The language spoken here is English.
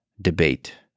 debate